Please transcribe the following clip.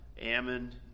Ammon